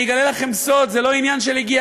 אני אגלה לכם סוד: זה לא עניין של "הגיע